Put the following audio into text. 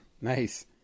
nice